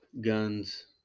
guns